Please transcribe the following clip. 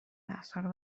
دستهارو